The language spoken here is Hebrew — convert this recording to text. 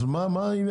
אז מה העניין?